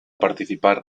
participar